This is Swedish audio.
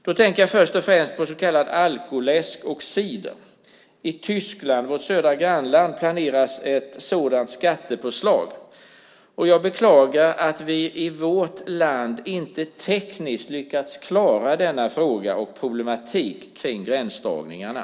Då tänker jag framför allt på så kallad alkoläsk och cider. I Tyskland, vårt södra grannland, planeras ett sådant skatteförslag. Jag beklagar att vi i vårt land tekniskt inte har lyckats klara denna fråga och problematik kring gränsdragningarna.